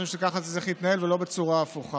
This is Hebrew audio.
אני חושב שככה זה צריך להתנהל, ולא בצורה הפוכה.